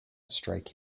strike